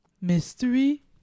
Mystery